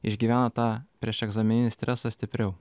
išgyvena tą prieš egzamininį stresą stipriau